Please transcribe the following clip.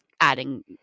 adding